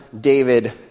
David